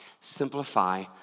simplify